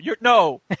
No